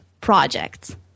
projects